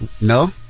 No